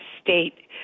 state